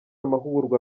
amahugurwa